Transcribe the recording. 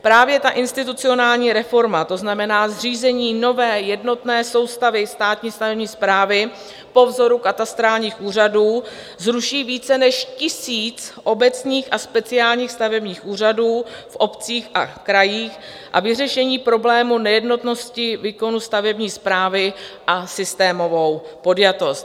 Právě institucionální reforma, to znamená zřízení nové jednotné soustavy státní stavební správy po vzoru katastrálních úřadů, zruší více než tisíc obecních a speciálních stavebních úřadů v obcích a krajích a vyřešení problému nejednotnosti výkonu stavební správy a systémovou podjatost.